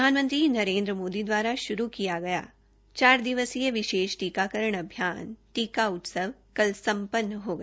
प्रधानमंत्री नरेन्द्र मोदी द्वारा शुरू किया गया चार दिवसीय विशेष टीकाकरण अभियान टीका उत्सव कल सम्पन हो गया